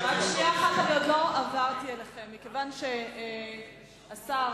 מכיוון שהשר